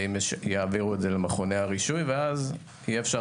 והם יעבירו את זה למכוני הרישוי ואז אפשר